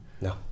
No